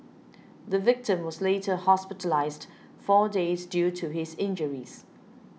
the victim was later hospitalised four days due to his injuries